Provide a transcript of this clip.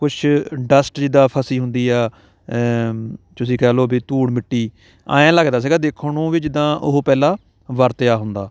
ਕੁਛ ਡਸਟ ਜਿੱਦਾਂ ਫਸੀ ਹੁੰਦੀ ਆ ਤੁਸੀਂ ਕਹਿ ਲਓ ਵੀ ਧੂੜ ਮਿੱਟੀ ਹੈ ਲੱਗਦਾ ਸੀਗਾ ਦੇਖਣ ਨੂੰ ਵੀ ਜਿੱਦਾਂ ਉਹ ਪਹਿਲਾਂ ਵਰਤਿਆ ਹੁੰਦਾ